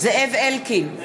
זאב אלקין,